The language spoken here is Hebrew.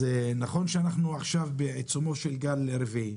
נכון שאנחנו עכשיו בעיצומו של גל רביעי